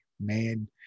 man